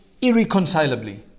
irreconcilably